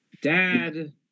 Dad